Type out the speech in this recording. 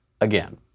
again